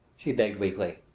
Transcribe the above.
she begged weakly.